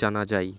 জানা যাই